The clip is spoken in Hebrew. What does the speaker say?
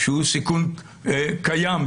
שהוא סיכון קיים,